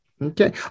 Okay